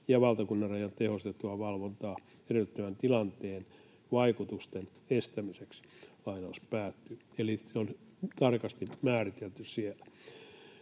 tai valtakunnan rajan tehostettua valvontaa edellyttävän tilanteen vaikutusten estämiseksi”. Eli ne on tarkasti määritelty siellä.